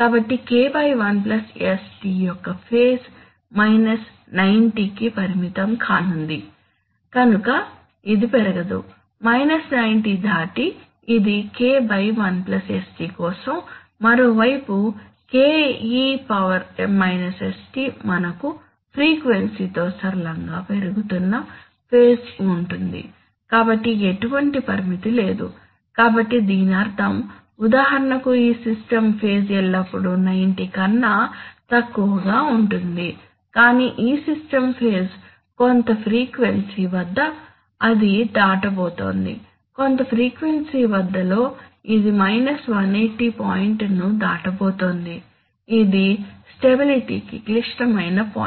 కాబట్టి K 1sτ యొక్క phase 90 కి పరిమితం కానుంది కనుక ఇది పెరగదు 90 దాటి ఇది K 1 sτ కోసం మరోవైపు ke sτ మనకు ఫ్రీక్వెన్సీతో సరళంగా పెరుగుతున్న ఫేజ్ ఉంటుంది కాబట్టి ఎటువంటి పరిమితి లేదు కాబట్టి దీని అర్థం ఉదాహరణకు ఈ సిస్టమ్ ఫేజ్ ఎల్లప్పుడూ 90 కన్నా తక్కువ ఉంటుంది కానీ ఈ సిస్టమ్ ఫేజ్ కొంత ఫ్రీక్వెన్సీ వద్ద అది దాటబోతోంది కొంత ఫ్రీక్వెన్సీ వద్ద లో ఇది 180 పాయింట్ను దాటబోతోంది ఇదిస్టెబిలిటీ కి క్లిష్టమైన పాయింట్